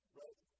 right